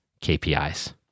KPIs